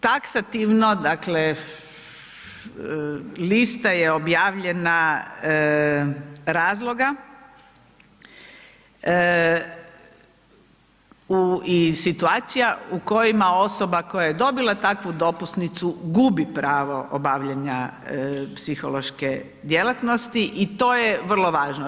Taksativno dakle, lista je objavljena razloga i situacija u kojima osoba koja je dobila takvu dopusnicu, gubi pravo obavljanja psihološke djelatnosti i to je vrlo važno.